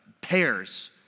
pairs